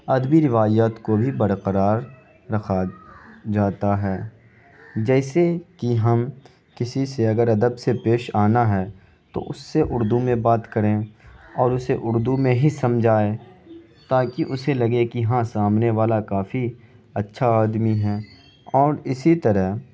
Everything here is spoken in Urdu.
ادبی روایات کو بھی برقرار رکھا جاتا ہے جیسے کہ ہم کسی سے اگر ادب سے پیش آنا ہے تو اس سے اردو میں بات کریں اور اسے اردو میں ہی سمجھائیں تاکہ اسے لگے کہ ہاں سامنے والا کافی اچھا آدمی ہے اور اسی طرح